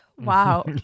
Wow